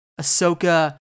Ahsoka